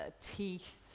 teeth